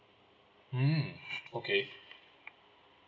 mm okay